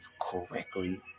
correctly